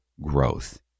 growth